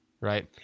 right